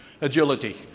Agility